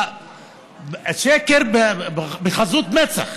שקר בעזות מצח,